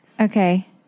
Okay